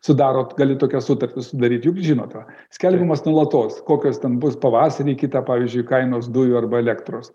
sudarot gali tokias sutartis sudaryt juk žinot tą skelbiamos nuolatos kokios ten bus pavasarį kitą pavyzdžiui kainos dujų arba elektros